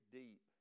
deep